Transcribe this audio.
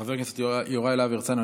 חבר הכנסת יוראי להב הרצנו,